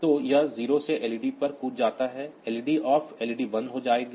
तो यह 0 से एलईडी पर जंप जाता है LED off एलईडी बंद हो जाएगा